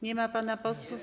Nie ma pana posła?